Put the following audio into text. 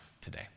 today